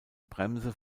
bremse